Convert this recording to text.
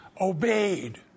obeyed